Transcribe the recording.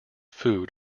food